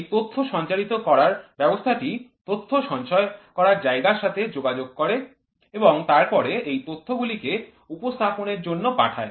এই তথ্য সঞ্চারিত করার ব্যবস্থা টি তথ্য সঞ্চয় করার জায়গার সাথে যোগাযোগ করে এবং তারপরে এই তথ্যগুলিকে উপস্থাপনের জন্য পাঠায়